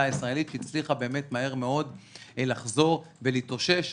הישראלית שהצליחה מהר מאוד לחזור ולהתאושש.